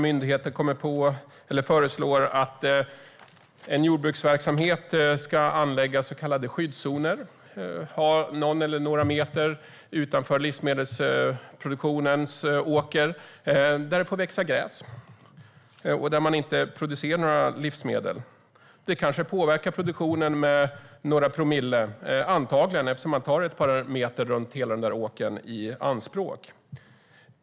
Myndigheterna kan, till exempel, föreslå att en jordbruksverksamhet ska anlägga så kallade skyddszoner på en eller några meter utanför en åker som används till livsmedelsproduktion där det får växa gräs och där man inte producerar livsmedel. Det kanske påverkar produktionen med några promille. Det gör det antagligen eftersom det tas i anspråk ett par meter kring åkern.